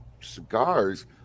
cigars